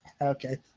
Okay